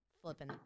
flipping